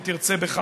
אם תרצה בכך,